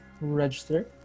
register